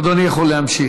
אדוני יכול להמשיך.